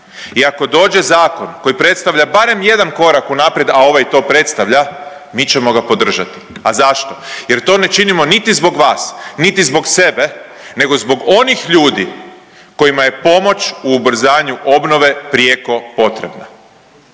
i ako dođe zakon koji predstavlja barem jedan korak unaprijed, a ovaj to predstavlja mi ćemo ga podržati. A zašto? Jer to ne činimo niti zbog vas, niti zbog sebe nego zbog onih ljudi kojima je pomoć u ubrzanju obnove prijeko potrebna,